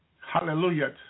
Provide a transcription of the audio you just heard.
Hallelujah